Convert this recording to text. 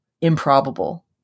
improbable